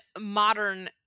modern